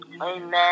Amen